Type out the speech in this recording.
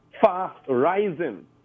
fast-rising